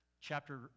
chapter